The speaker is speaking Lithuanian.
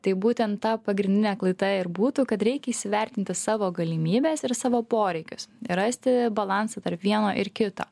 tai būtent ta pagrindinė klaida ir būtų kad reikia įsivertinti savo galimybes ir savo poreikius rasti balansą tarp vieno ir kito